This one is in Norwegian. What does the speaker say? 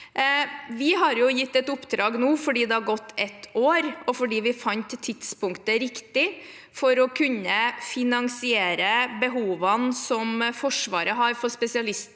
Vi har gitt et oppdrag nå fordi det har gått ett år, og fordi vi fant tidspunktet riktig for å kunne finansiere behovene som Forsvaret har for spesialisthelsetjenesten